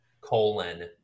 colon